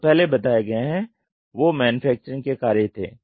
जो पहले बताये गए हैं वो मैन्युफैक्चरिंग के कार्य थे